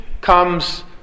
comes